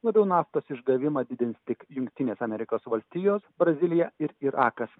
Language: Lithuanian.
labiau naftos išgavimą didins tik jungtinės amerikos valstijos brazilija ir irakas